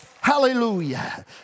Hallelujah